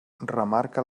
remarca